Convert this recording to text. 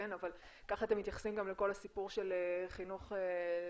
אבל כך אתם מתייחסים גם לכל הסיפור של חינוך למניעת